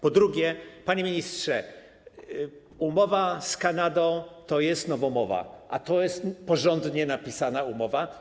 Po drugie, panie ministrze, umowa z Kanadą to jest nowomowa, a to jest porządnie napisana umowa.